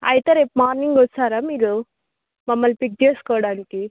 అయితే రేపు మార్నింగ్ వస్తారా మీరు మమ్మల్ని పిక్ చేసుకోవడానికి